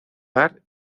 bar